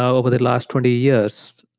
over the last twenty years,